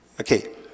Okay